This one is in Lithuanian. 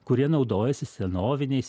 kurie naudojasi senoviniais